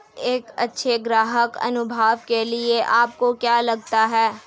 एक अच्छे ग्राहक अनुभव के लिए आपको क्या लगता है?